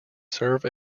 serve